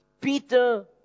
Peter